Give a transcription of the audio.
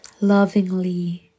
lovingly